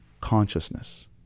consciousness